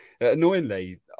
Annoyingly